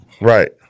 Right